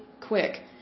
quick